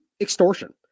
extortion